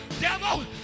devil